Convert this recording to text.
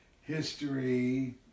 history